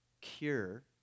cure